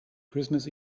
christmas